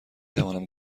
توانم